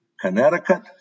Connecticut